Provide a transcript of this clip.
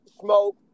smoke